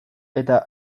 eta